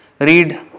read